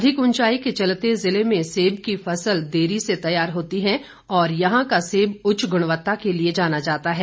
अधिक ऊंचाई के चलते जिले में सेब की फसल देरी से तैयार होती है और यहां का सेब उच्च गुणवत्ता के लिए जाना जाता है